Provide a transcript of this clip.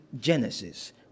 Genesis